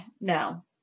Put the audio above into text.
no